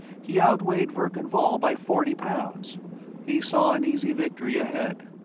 he outweighed verkan vall by forty pounds he saw an easy victory ahead.